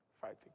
Fighting